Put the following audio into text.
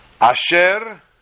Asher